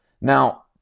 Now